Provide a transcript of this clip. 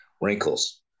wrinkles